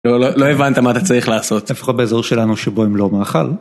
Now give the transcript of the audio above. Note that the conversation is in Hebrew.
לא, לא הבנת מה אתה צריך לעשות. לפחות באזור שלנו שבו הם לא מאכל.